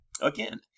again